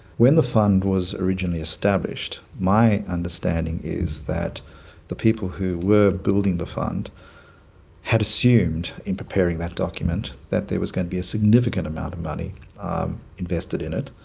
when the fund was originally established, my understanding is that the people who were building the fund had assumed, in preparing that document, that there was going to be a significant amount of money invested in it.